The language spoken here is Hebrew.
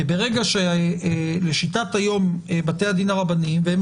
כי לשיטת בתי הדין הרבניים והם